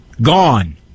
Gone